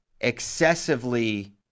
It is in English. excessively